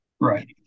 Right